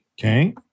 Okay